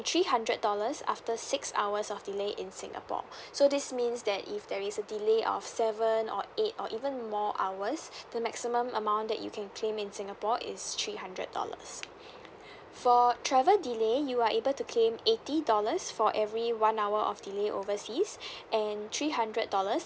three hundred dollars after six hours of delay in singapore so this means that if there is a delay of seven or eight or even more hours the maximum amount that you can claim in singapore is three hundred dollars for travel delay you are able to claim eighty dollars for every one hour of delay overseas and three hundred dollars